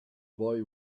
boy